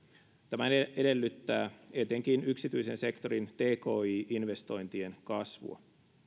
tämä edellyttää etenkin yksityisen sektorin tki investointien kasvua